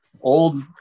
old